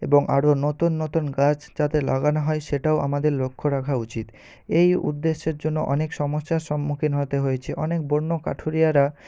এবং আরও নতুন নতুন গাছ যাতে লাগানো হয় সেটাও আমাদের লক্ষ্য রাখা উচিত এই উদ্দেশ্যের জন্য অনেক সমস্যার সম্মুখীন হতে হয়েছে অনেক বন্য কাঠুরিয়ারা